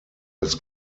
his